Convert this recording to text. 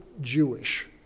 Jewish